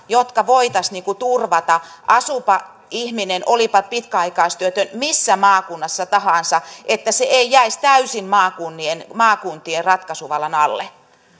jotka voitaisiin turvata asuipa ihminen ja olipa pitkäaikaistyötön missä maakunnassa tahansa että se ei jäisi täysin maakuntien maakuntien ratkaisuvallan alle